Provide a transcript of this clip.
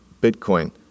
Bitcoin